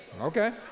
Okay